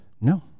No